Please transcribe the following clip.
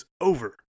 over